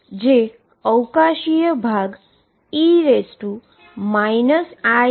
જે એક સ્પેસ ભાગ e iEnt છે